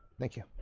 thank you.